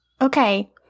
Okay